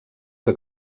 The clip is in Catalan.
que